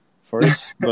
first